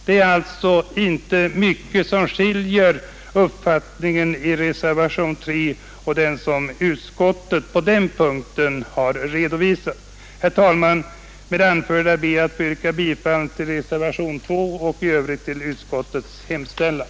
Det är alltså inte mycket som skiljer uppfattningen i reservationen 3 från den uppfattning som utskottsmajoriteten på den punkten har redovisat. Med det anförda ber jag att få yrka bifall till reservationen 1 och i övrigt till utskottets hemställan.